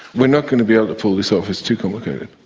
we're not going to be able to pull this off it's too complicated.